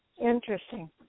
Interesting